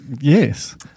yes